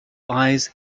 eyes